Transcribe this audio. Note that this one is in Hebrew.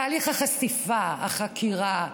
תהליך החשיפה, החקירה,